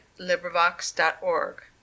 LibriVox.org